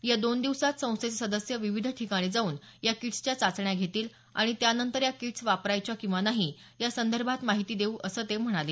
या दोन दिवसात संस्थेचे सदस्य विविध ठिकाणी जाऊन या किट्सच्या चाचण्या घेतील आणि त्यानंतर या किट्स वापरायच्या किंवा नाही यासंदर्भात माहिती देऊ असे ते म्हणाले